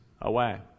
away